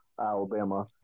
Alabama